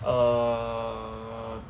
err